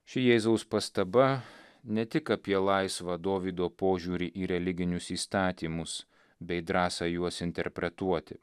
ši jėzaus pastaba ne tik apie laisvą dovydo požiūrį į religinius įstatymus bei drąsą juos interpretuoti